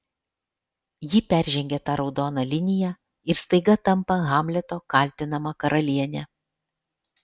ji peržengia tą raudoną liniją ir staiga tampa hamleto kaltinama karaliene